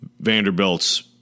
Vanderbilt's